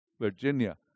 Virginia